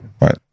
right